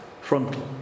frontal